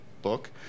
Book